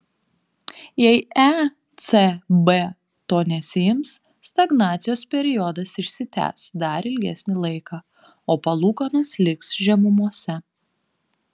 jei ecb to nesiims stagnacijos periodas išsitęs dar ilgesnį laiką o palūkanos liks žemumose